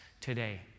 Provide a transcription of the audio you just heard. today